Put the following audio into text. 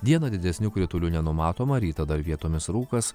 dieną didesnių kritulių nenumatoma rytą dar vietomis rūkas